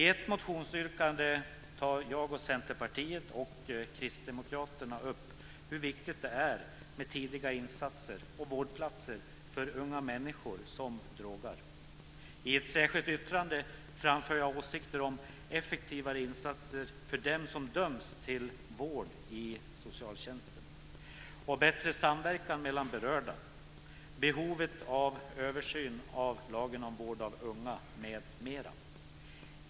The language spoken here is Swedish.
Centerpartiet och Kristdemokraterna tar upp i ett motionsyrkande hur viktigt det är med tidiga insatser och vårdplatser för unga människor som använder droger. I ett särskilt yttrande framför jag åsikter om effektivare insatser för dem som döms till vård i socialtjänsten. Det behövs bättre samverkan mellan berörda och en översyn av lagen om vård av unga m.m.